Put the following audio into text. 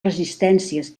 resistències